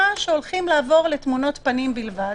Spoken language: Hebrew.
שהולכים לעבור לתמונות פנים בלבד-